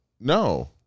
No